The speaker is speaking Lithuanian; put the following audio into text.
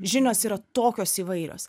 žinios yra tokios įvairios